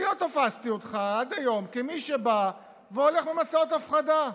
אני לא תפסתי אותך עד היום כמי שבא והולך במסעות הפחדה.